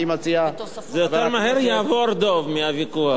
אני מציע, יותר מהר יעבור, דב, מהוויכוח.